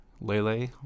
Lele